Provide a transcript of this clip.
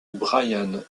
brian